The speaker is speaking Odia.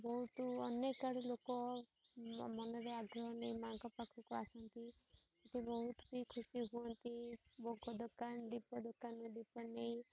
ବହୁତ ଅନେକ ଆଡ଼େ ଲୋକ ମନରେ ଆଗ୍ରହ ନେଇ ମାଆଙ୍କ ପାଖକୁ ଆସନ୍ତି ଏଠି ବହୁତ ବି ଖୁସି ହୁଅନ୍ତି ଭୋଗ ଦୋକାନ ଦୀପ ଦୋକାନରେ ଦୀପ ନେଇ